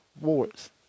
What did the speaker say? wars